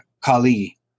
Kali